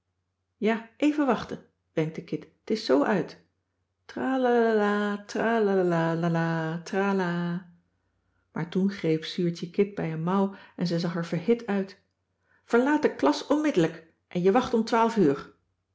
ja even wachten wenkte kit t is zoo uit tralalalalalala tralalala lalala trala maar toen greep zuurtje kit bij een mouw en ze zag er verhit uit verlaat de klas onmiddellijk en je wacht om twaalf uur